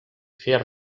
fer